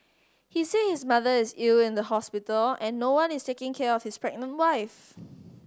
he said his mother is ill in the hospital and no one is taking care of his pregnant wife